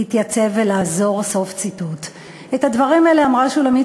להתייצב ולעזור." את הדברים האלה אמרה שולמית